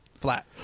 flat